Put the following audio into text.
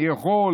אני יכול,